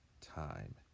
time